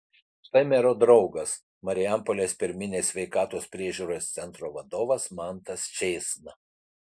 štai mero draugas marijampolės pirminės sveikatos priežiūros centro vadovas mantas čėsna